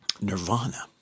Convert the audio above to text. Nirvana